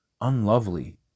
unlovely